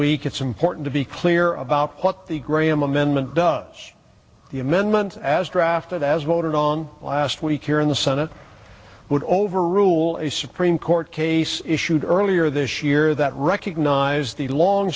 week it's important to be clear about what the graham amendment does the amendment as drafted as voted on last week here in the senate would overrule a supreme court case issued earlier this year that recognize the